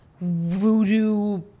voodoo